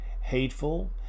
hateful